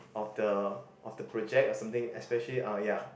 of the of the project or something especially uh ya